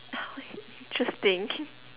interesting